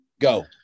Go